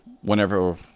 whenever